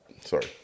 sorry